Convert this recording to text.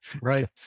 Right